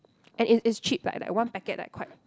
and it is cheap like like one packet like quite